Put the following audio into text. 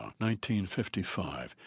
1955